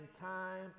time